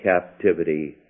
captivity